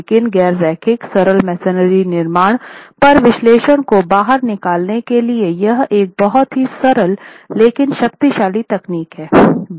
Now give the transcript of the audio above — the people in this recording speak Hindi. लेकिन गैर रैखिक सरल मेसनरी निर्माण पर विश्लेषण को बाहर निकालने के लिए यह एक बहुत ही सरल लेकिन शक्तिशाली तकनीक है